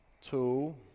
two